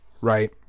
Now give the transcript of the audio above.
right